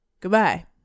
goodbye